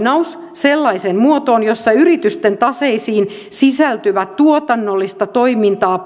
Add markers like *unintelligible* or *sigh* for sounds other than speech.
sellaiseen muotoon jossa yritysten taseisiin sisältyvä tuotannollista toimintaa *unintelligible*